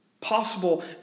Possible